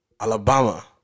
Alabama